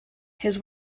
his